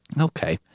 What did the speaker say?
Okay